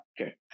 Okay